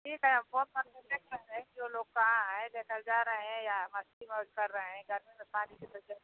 ठीक है हम फोन पर ये देख रहे हैं कि वो लोग कहाँ हैं लेकर जा रहे हैं या मस्ती और कर रहे हैं गर्मी में पानी की तो जरूर